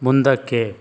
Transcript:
ಮುಂದಕ್ಕೆ